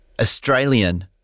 Australian